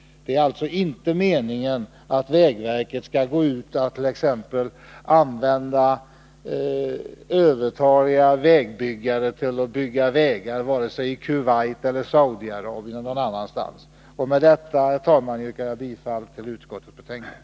Det är alltså inte meningen att vägverket t.ex. skall anlita övertaliga vägbyggare till att bygga vägar vare sig i Kuwait, Saudiarabien eller någon annanstans. Med detta, herr talman, yrkar jag bifall till utskottets hemställan.